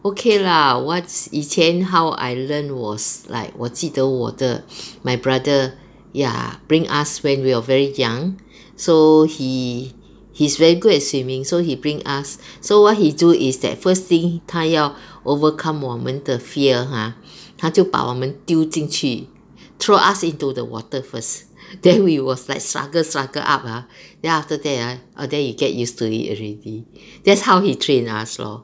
okay lah what's 以前 how I learn was like 我记得我的 my brother ya bring us when we were very young so he he is very good at swimming so he bring us so what he do is that first thing 他要 overcome 我们的 fear !huh! 他就把我们丢进去 throw us into the water first then we were like struggle struggle out ah then after that ah then you get used to it already that's how he train us lor